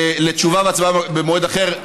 לתשובה והצבעה במועד אחר.